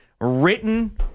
written